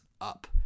up